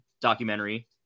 documentary